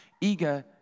Eager